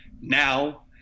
now